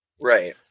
right